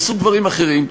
תעשו דברים אחרים,